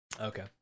okay